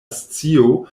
scio